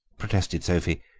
protested sophie,